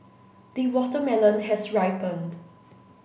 the watermelon has ripened